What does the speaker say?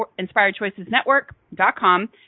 InspiredChoicesNetwork.com